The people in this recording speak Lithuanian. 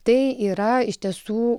tai yra iš tiesų